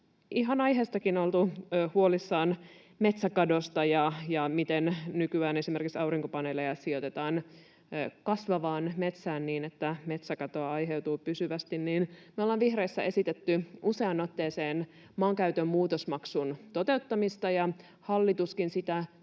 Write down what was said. ihan aiheestakin oltu huolissaan metsäkadosta ja siitä, miten nykyään esimerkiksi aurinkopaneeleja sijoitetaan kasvavaan metsään, niin että metsäkatoa aiheutuu pysyvästi, niin me ollaan vihreissä esitetty useaan otteeseen maankäytön muutosmaksun toteuttamista. Ja hallituskin sitä